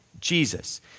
Jesus